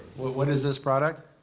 what what is this product?